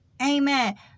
Amen